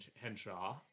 Henshaw